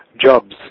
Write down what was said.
jobs